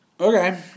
Okay